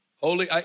Holy